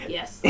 Yes